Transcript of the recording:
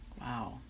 Wow